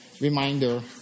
reminder